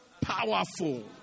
powerful